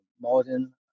modern